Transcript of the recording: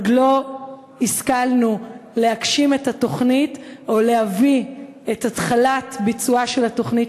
עוד לא השכלנו להגשים את התוכנית או להביא להתחלת ביצועה של התוכנית